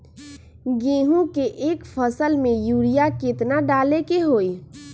गेंहू के एक फसल में यूरिया केतना डाले के होई?